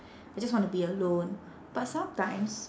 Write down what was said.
I just wanna be alone but sometimes